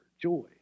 joy